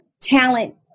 talent